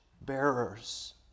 bearers